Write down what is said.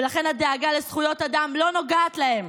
ולכן הדאגה לזכויות אדם לא נוגעת להם.